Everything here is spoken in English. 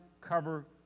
cover